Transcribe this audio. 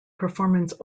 performance